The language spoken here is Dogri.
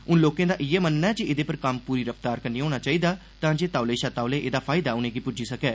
हून लोकें दा इयै मन्नना ऐ जे एह्दे र कम्म ूरी रफ्तार कन्नै होना चाहिद तांजे तौले षा तौले एह्दा फायदा उनें' गी ्ज्जी सकै